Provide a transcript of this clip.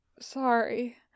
sorry